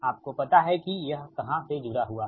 आपको पता है कि यह कहाँ से जुड़ा हुआ है